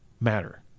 matter